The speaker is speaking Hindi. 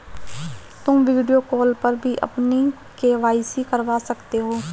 तुम वीडियो कॉल पर भी अपनी के.वाई.सी करवा सकती हो